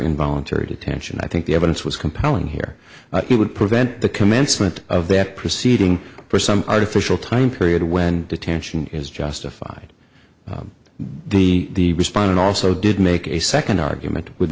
involuntary detention i think the evidence was compelling here it would prevent the commencement of that proceeding for some artificial time period when detention is justified the respondent also did make a second argument with